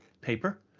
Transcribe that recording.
paper